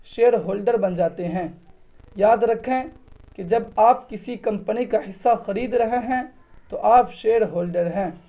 share holder بن جاتے ہیں یاد رکھیں کہ جب آپ کسی کمپنی کا حصہ خرید رہے ہیں تو آپ شیئر ہولڈر ہیں